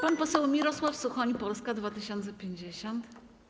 Pan poseł Mirosław Suchoń, Polska 2050.